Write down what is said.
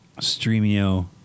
Streamio